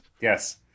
Yes